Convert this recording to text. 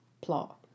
plot